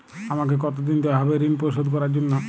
আমাকে কতদিন দেওয়া হবে ৠণ পরিশোধ করার জন্য?